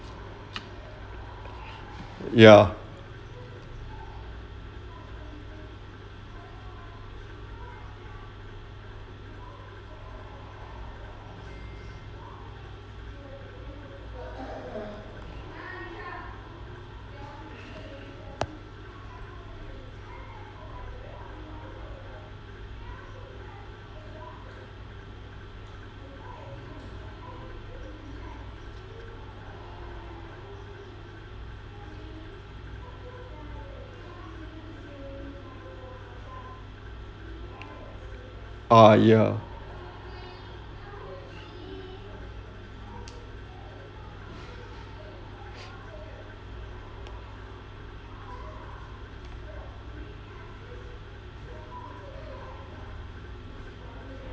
ya ah ya